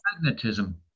magnetism